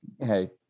Hey